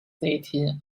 sitting